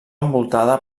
envoltada